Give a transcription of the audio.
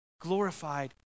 glorified